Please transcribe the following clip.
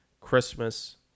Christmas